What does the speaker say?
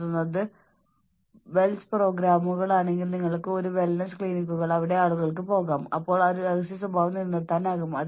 നിങ്ങൾ സാധാരണ ഒരു മനുഷ്യനാണെങ്കിൽ നിങ്ങളുടെ ജോലിയിൽ നിന്ന് പൂർണ്ണമായും നിങ്ങൾക്ക് മാറിനിൽക്കാൻ കഴിയുമെന്ന് ഞാൻ കരുതുന്നില്ല